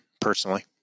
personally